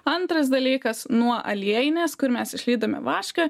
antras dalykas nuo aliejinės kur mes išlydome vašką